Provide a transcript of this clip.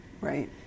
Right